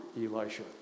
Elisha